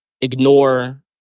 Ignore